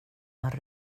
har